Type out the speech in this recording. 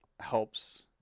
helps